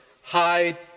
hide